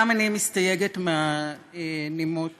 גם אני מסתייגת מהנימות